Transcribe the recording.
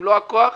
במלוא הכוח.